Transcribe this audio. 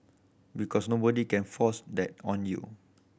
because nobody can force that on you